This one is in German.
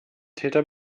täter